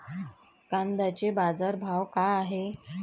कांद्याचे बाजार भाव का हाये?